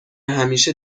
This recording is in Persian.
همیشه